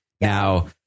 now